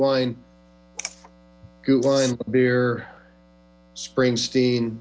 wine beer springsteen